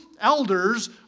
elders